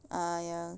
ah ya